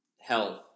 health